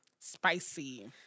Spicy